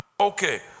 Okay